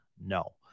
No